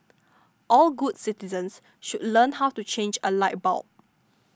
all good citizens should learn how to change a light bulb